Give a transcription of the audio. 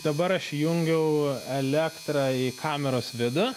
dabar aš įjungiau elektrą į kameros vidų